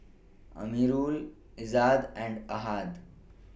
Amirul Izzat and Ahad